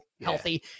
healthy